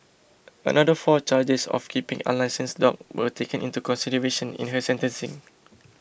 another four charges of keeping unlicensed dogs were taken into consideration in her sentencing